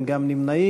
אין גם נמנעים.